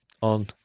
on